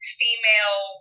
female